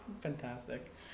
Fantastic